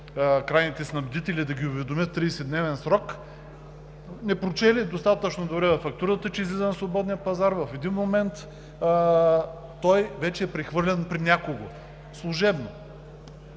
крайните снабдители да ги уведомят в 30-дневен срок, непрочели достатъчно добре във фактурата, че излиза на свободния пазар, в един момент той вече е прехвърлен при някого служебно